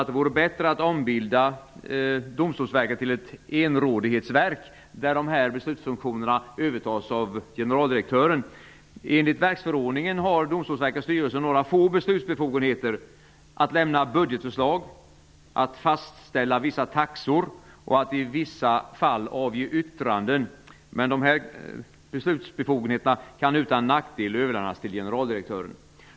Det vore bättre att ombilda Domstolsverket till ett ''enrådsverk'', där beslutsfunktionerna övertas av generaldirektören. Enligt verksförordningen har Domstolverkets styrelse några få beslutsbefogenheter. Man kan lämna budgetförslag, fastställa vissa taxor och i vissa fall avge yttranden. Men dessa beslutsbefogenheter kan utan nackdel överlämnas till generaldirektören.